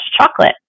chocolate